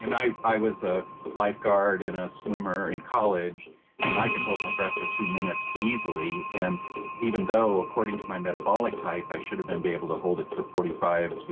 and i i was a lifeguard and a swimmer in college and i could hold my breath for two minutes easily and even though according to my metabolic type i should have been able to hold it for forty five.